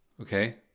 okay